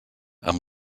amb